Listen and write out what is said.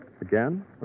Again